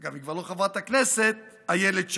אגב, היא כבר לא חברת הכנסת, אילת שקד.